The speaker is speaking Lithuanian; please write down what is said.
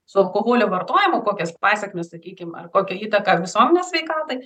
su alkoholio vartojimu kokias pasekmes sakykim ar kokią įtaką visuomenės sveikatai